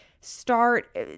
start